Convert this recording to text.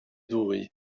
ddwy